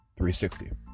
360